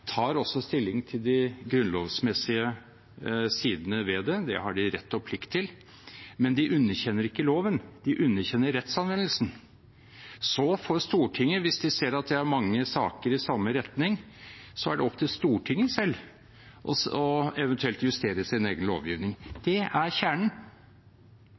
tar også stilling til de grunnlovsmessige sidene ved det – det har de rett og plikt til – men de underkjenner ikke loven, de underkjenner rettsanvendelsen. Så er det opp til Stortinget selv, hvis de ser at det er mange saker i samme retning, eventuelt å justere sin egen lovgivning. Det